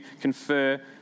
confer